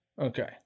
Okay